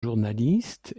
journaliste